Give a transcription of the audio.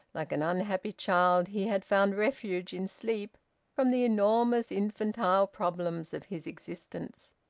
like an unhappy child, he had found refuge in sleep from the enormous, infantile problems of his existence.